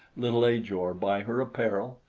little ajor by her apparel,